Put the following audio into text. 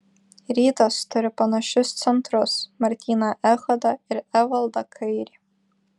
rytas turi panašius centrus martyną echodą ir evaldą kairį